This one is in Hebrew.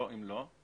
לא אם לא.